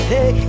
Hey